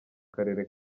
karere